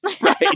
right